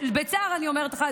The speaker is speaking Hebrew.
בצער אני אומרת לך,